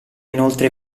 inoltre